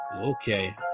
okay